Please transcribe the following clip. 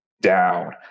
down